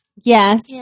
Yes